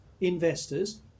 investors